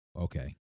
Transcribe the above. okay